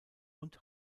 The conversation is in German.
und